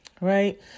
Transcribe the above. right